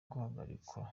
guhagarikwa